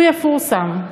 הוא יפורסם.